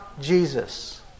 Jesus